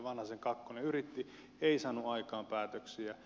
vanhasen kakkonen yritti ei saanut aikaan päätöksiä